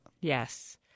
Yes